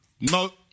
No